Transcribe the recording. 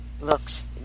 looks